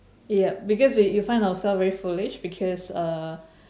yup because we we find ourself very foolish because uh